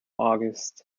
august